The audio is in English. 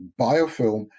biofilm